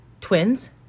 twins